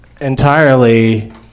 entirely